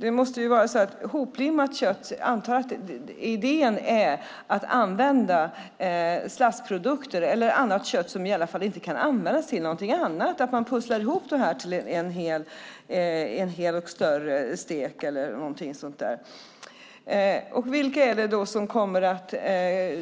Jag antar att idén med hoplimmat kött är att använda slaskprodukter eller annat kött som inte kan användas till något annat. Man pusslar ihop det till en hel och större stek eller något sådant.